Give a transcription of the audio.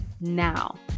now